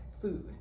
food